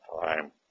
time